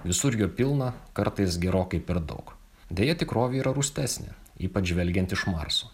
visur jo pilna kartais gerokai per daug deja tikrovė yra rūstesnė ypač žvelgiant iš marso